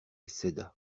céda